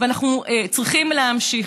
אנחנו צריכים להמשיך.